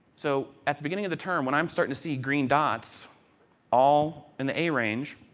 so at the beginning of the term, when i am starting to see green dots all in the a range,